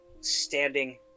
standing